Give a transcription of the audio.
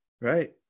right